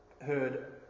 heard